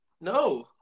No